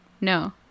No